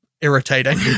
irritating